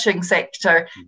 sector